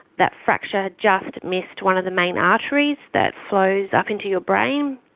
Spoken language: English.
that fracture just missed one of the main arteries that flows up into your brain.